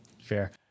fair